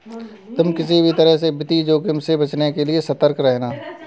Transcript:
तुम किसी भी तरह के वित्तीय जोखिम से बचने के लिए सतर्क रहना